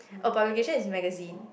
oh publication is magazine